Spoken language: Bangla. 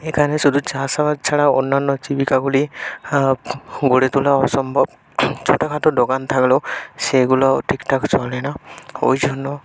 এখানে শুদু চাষাবাদ ছাড়া অন্যান্য জীবিকাগুলি গড়ে তোলা অসম্ভব ছোটখাটো দোকান থাকলেও সেগুলো ঠিকঠাক চলে না ওই জন্য